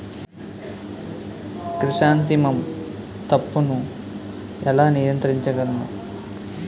Chrysanthemum తప్పును ఎలా నియంత్రించగలను?